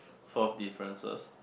four differences